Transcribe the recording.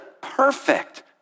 perfect